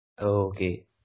Okay